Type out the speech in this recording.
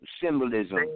symbolism